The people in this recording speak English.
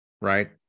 right